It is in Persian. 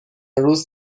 روز